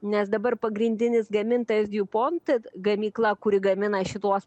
nes dabar pagrindinis gamintojas diupont gamykla kuri gamina šituos